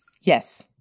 Yes